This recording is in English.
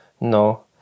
No